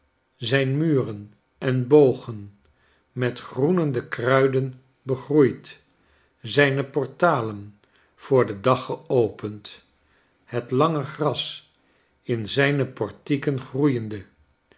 zijn muren en bogen met groenende kruiden begroeid zijne portalen voor den dag geopend het lange gras in zijne portieken groeiende